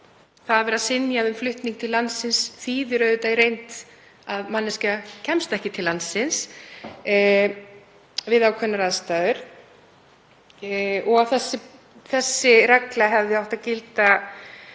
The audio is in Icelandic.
að vera synjað um flutning til landsins þýðir auðvitað í reynd að manneskja kemst ekki til landsins við ákveðnar aðstæður. Þessi regla hefði átt að gilda